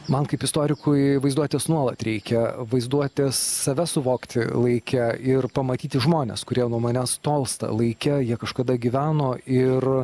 man kaip istorikui vaizduotės nuolat reikia vaizduotės save suvokti laike ir pamatyti žmones kurie nuo manęs tolsta laike jie kažkada gyveno ir